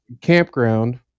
Campground